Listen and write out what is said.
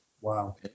Wow